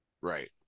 right